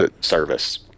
service